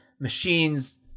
machines